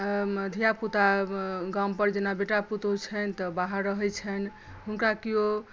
अंय धियापुता गामपर जेना बेटा पुतौहु छनि तँ बाहर रहय छनि हुनका केओ